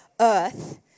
earth